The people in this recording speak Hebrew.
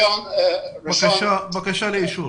בקשה לאישור.